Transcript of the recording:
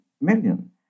million